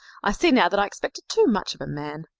i see now that i expected too much of a man.